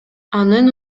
анын